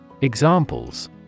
Examples